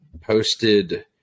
posted